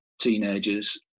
teenagers